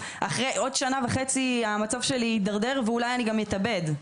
אחרי עוד שנה וחצי המצב שלי ידרדר ואולי אני גם אתאבד.